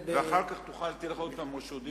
ואחר כך תהיה לך עוד פעם רשות דיבור,